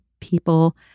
people